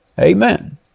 Amen